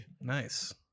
nice